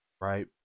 Right